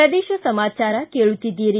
ಪ್ರದೇಶ ಸಮಾಚಾರ ಕೇಳುತ್ತಿದ್ದೀರಿ